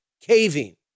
caving